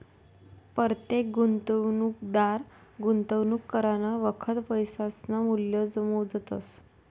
परतेक गुंतवणूकदार गुंतवणूक करानं वखत पैसासनं मूल्य मोजतस